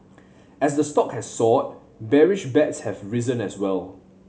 as the stock has soared bearish bets have risen as well